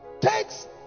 takes